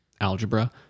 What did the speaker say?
algebra